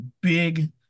Big